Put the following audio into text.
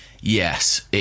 Yes